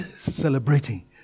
celebrating